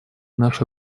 наша